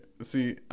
See